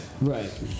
Right